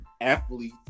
athlete